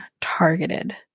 targeted